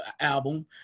album